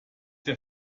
der